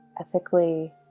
ethically